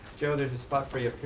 joe, there's a spot for you up here.